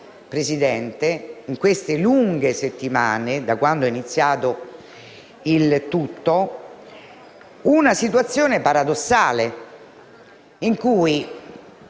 creando, in queste lunghe settimane, da quando è iniziato il tutto, una situazione paradossale: un